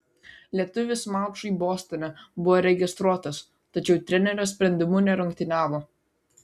lietuvis mačui bostone buvo registruotas tačiau trenerio sprendimu nerungtyniavo